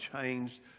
changed